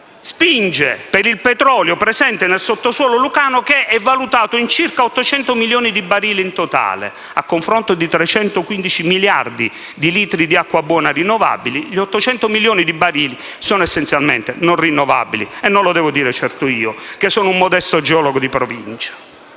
spinge per il petrolio presente nel sottosuolo lucano, che è valutato in circa 800 milioni di barili in totale. A confronto di 315 miliardi di litri rinnovabili di acqua buona gli 800 milioni di barili sono essenzialmente non rinnovabili, e non lo devo dire certo io, che sono un modesto geologo di provincia.